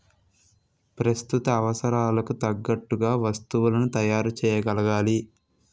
ప్రస్తుత అవసరాలకు తగ్గట్టుగా వస్తువులను తయారు చేయగలగాలి